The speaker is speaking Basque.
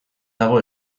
dago